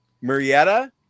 Marietta